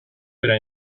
verá